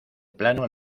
plano